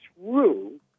true